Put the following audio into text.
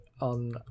on